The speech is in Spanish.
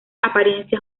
apariencia